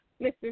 Mr